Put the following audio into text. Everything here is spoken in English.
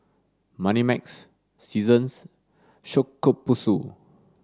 Moneymax Seasons Shokubutsu